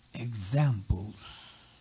examples